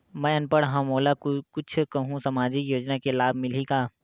मैं अनपढ़ हाव मोला कुछ कहूं सामाजिक योजना के लाभ मिलही का?